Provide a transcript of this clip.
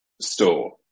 store